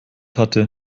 hatte